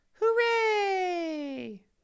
Hooray